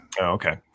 Okay